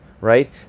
right